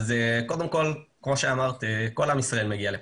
כמו שאמרת, כל עם ישראל מגיע לכאן.